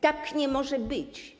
Tak nie może być.